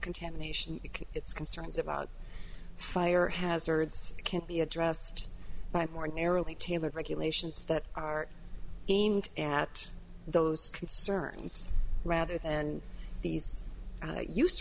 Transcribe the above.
contamination its concerns about fire hazards can't be addressed by more narrowly tailored regulations that are aimed at those concerns rather than these u